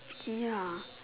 ya